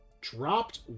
Dropped